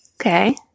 Okay